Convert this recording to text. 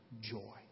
joy